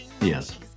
Yes